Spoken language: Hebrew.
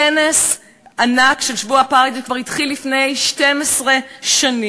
כנס ענק של "שבוע האפרטהייד" כבר התחיל לפני 12 שנים.